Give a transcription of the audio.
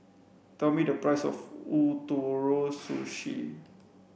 tell me the price of Ootoro Sushi